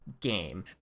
game